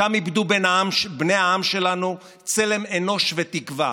שם איבדו בני העם שלנו צלם אנוש ותקווה,